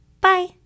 Bye